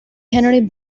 henry